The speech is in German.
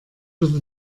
würde